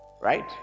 Right